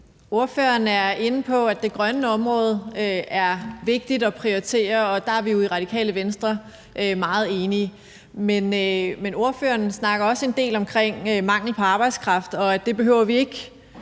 Ordføreren er inde på, at det grønne område er vigtigt at prioritere, og der er vi jo i Radikale Venstre meget enige. Men ordføreren snakker også en del om mangel på arbejdskraft, og at det behøver vi ikke